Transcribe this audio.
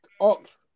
Ox